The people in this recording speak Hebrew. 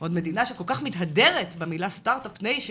עוד מדינה שכול כך מתהדרת במילה סטארט-אפ ניישן,